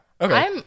Okay